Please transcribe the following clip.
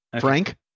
Frank